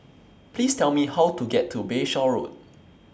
Please Tell Me How to get to Bayshore Road